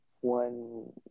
one